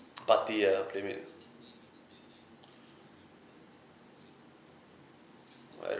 partea uh playmade I